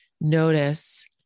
notice